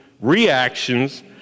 reactions